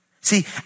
See